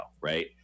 right